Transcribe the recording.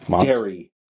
dairy